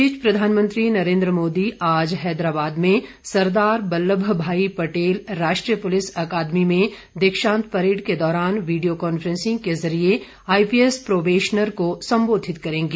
इस बीच प्रधानमंत्री नरेन्द्र मोदी आज हैदराबाद में सरदार वल्लभ भाई पटेल राष्ट्रीय पुलिस अकादमी में दीक्षांत परेड के दौरान वीडियो कांफ्रेंस के जरिये आईपीएस प्रोबेशनर को संबोधित करेंगे